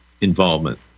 involvement